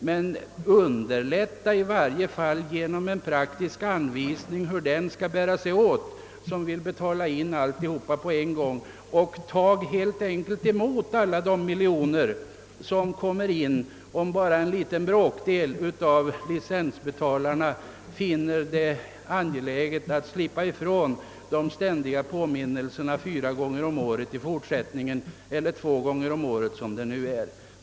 Men ge i varje fall den, som vill betala in hela årsavgiften på en gång, en praktisk anvisning om hur han skall bära sig åt för att få göra det och ta helt enkelt emot alla de miljoner som kommer in, om bara en bråkdel av licensbetalarna finner det angeläget att slippa ifrån dessa påminnelser fyra gånger om året i fortsättningen — eller två gånger om året som det nu är.